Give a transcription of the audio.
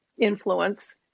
influence